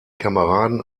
kameraden